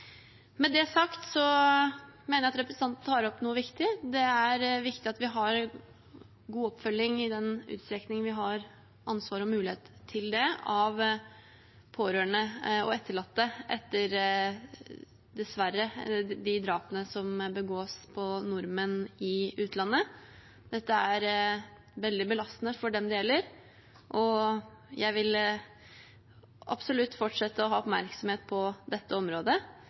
sagt mener jeg at representanten tar opp noe viktig. Det er viktig at vi har god oppfølging – i den utstrekning vi har ansvar for og mulighet til det – av pårørende og etterlatte etter de nordmennene som dessverre blir drept i utlandet. Dette er veldig belastende for dem det gjelder. Jeg vil absolutt fortsette å ha oppmerksomhet på dette området.